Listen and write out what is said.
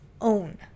own